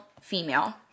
female